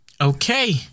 Okay